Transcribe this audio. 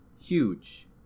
Huge